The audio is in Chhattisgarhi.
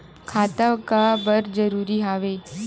खाता का बर जरूरी हवे?